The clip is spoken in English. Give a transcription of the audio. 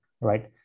right